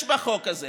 יש בחוק הזה